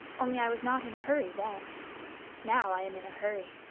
only i was not in a hurry then now i am in a hurry.